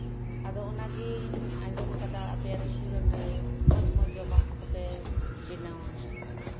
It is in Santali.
ᱟᱫᱚ ᱚᱱᱟᱜᱤᱧ ᱟᱸᱡᱚᱢ ᱠᱟᱫᱟ ᱟᱯᱮᱭᱟᱜ ᱨᱮᱥᱴᱩᱨᱮᱱᱴ ᱨᱮ ᱢᱚᱸᱡ ᱢᱚᱸᱡ ᱡᱚᱢᱟᱜ ᱠᱚᱯᱮ ᱵᱮᱱᱟᱣᱟ